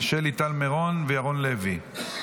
שלי טל מירון וירון לוי.